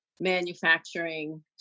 manufacturing